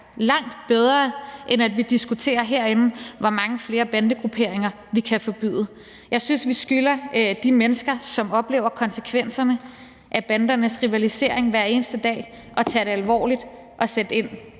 langt bedre, end at vi herinde diskuterer, hvor mange flere bandegrupperinger vi kan forbyde. Jeg synes, vi skylder de mennesker, som oplever konsekvenserne af bandernes rivalisering hver eneste dag, at tage det alvorligt og sætte ind